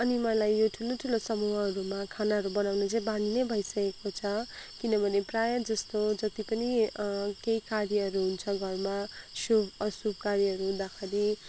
अनि मलाई यो ठुलो ठुलो समूहहरूमा खानाहरू बनाउनु चाहिँ बानी नै भइसकेको छ किनभने प्रायः जस्तो जति पनि केई कार्यहरू हुन्छ घरमा शुभ अशुभ कार्यहरू हुँदाखेरि